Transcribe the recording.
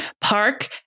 park